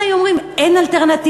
אם היו אומרים אין אלטרנטיבה,